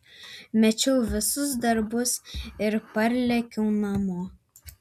mečiau visus darbus ir parlėkiau namo